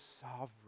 sovereign